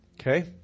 Okay